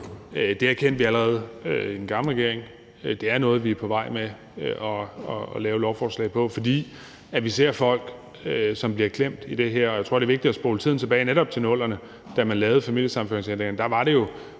Det erkendte vi allerede i den gamle regering. Det er noget, vi er på vej med at lave lovforslag på, fordi vi ser folk, som bliver klemt i det her. Og jeg tror, det er vigtigt at spole tiden tilbage til netop 00'erne, da man lavede familiesammenføringsændringerne.